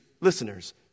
listeners